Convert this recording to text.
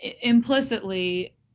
implicitly